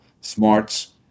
smarts